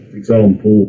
example